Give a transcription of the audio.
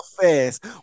fast